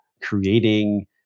creating